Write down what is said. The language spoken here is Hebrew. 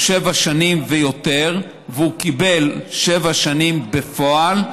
הוא שבע שנים ויותר והוא קיבל שבע שנים בפועל,